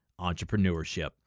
Entrepreneurship